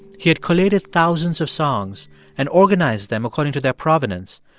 he had collated thousands of songs and organized them according to their provenance,